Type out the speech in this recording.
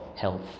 health